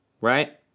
right